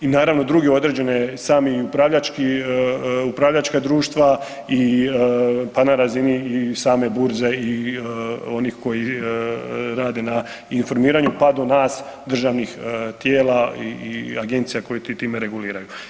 I naravno druge određene sami upravljački, upravljačka društva, pa na razini i same burze i onih koji rade na informiranju, pa do nas državnih tijela i agencija koje time reguliraju.